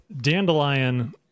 dandelion